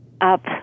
up